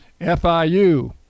FIU